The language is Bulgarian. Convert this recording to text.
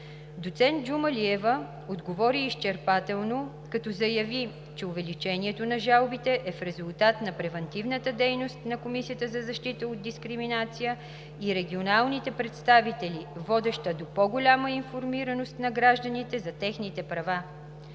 Доцент Джумалиева отговори изчерпателно, като заяви, че увеличението на жалбите е в резултат на превантивната дейност на Комисията за защита от дискриминация и регионалните представители, водеща до по-голяма информираност на гражданите за техните права.